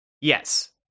Yes